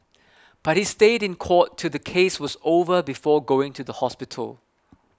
but he stayed in court till the case was over before going to the hospital